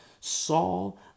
saul